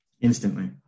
Instantly